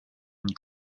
and